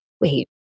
wait